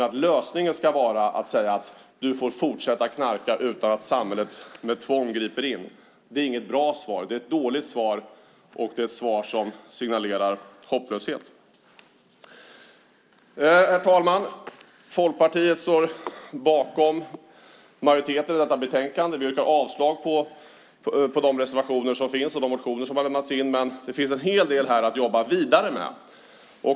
Att säga att du får fortsätta att knarka utan att samhället med tvång griper in är inget bra svar. Det är ett dåligt svar, ett svar som signalerar hopplöshet. Herr talman! Folkpartiet står bakom majoriteten i detta betänkande. Jag yrkar avslag på de reservationer som finns och på de motioner som har lämnats in. Men det finns en hel del här att jobba vidare med.